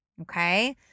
Okay